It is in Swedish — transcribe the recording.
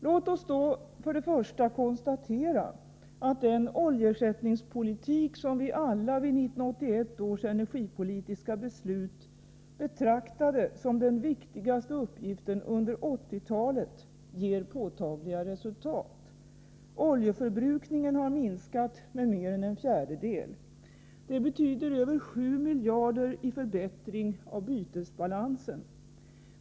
Låt oss först och främst konstatera att den oljeersättningspolitik, som vi alla vid 1981 års energipolitiska beslut betraktade som den viktigaste uppgiften under 1980-talet, ger påtagliga resultat. Oljeförbrukningen har minskat med mer än en fjärdedel. Det betyder över 7 miljarder i förbättring av bytesbalansen.